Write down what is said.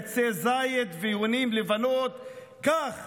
ענפי זית ויונים לבנות קיבלה עזה את המשלחת